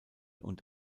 und